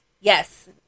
yes